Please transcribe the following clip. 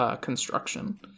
construction